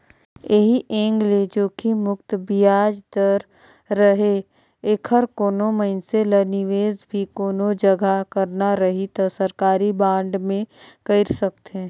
ऐही एंग ले जोखिम मुक्त बियाज दर रहें ऐखर कोनो मइनसे ल निवेस भी कोनो जघा करना रही त सरकारी बांड मे कइर सकथे